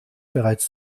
bereits